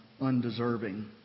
undeserving